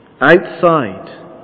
Outside